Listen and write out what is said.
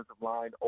line